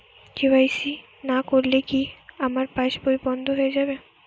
KYC না করলে কি আমার পাশ বই বন্ধ হয়ে যাবে?